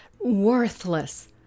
worthless